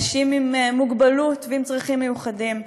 אנשים עם מוגבלות ועם צרכים מיוחדים,